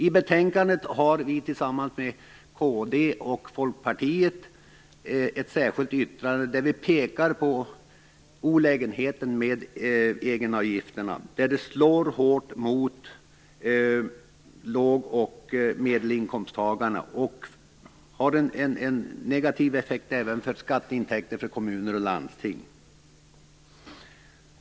I betänkandet har vi tillsammans med Kristdemokraterna och Folkpartiet ett särskilt yttrande där vi pekar på olägenheten med egenavgifterna som slår hårt mot låg och medelinkomsttagarna, och de har en negativ effekt även för kommunernas och landstingens skatteintäkter.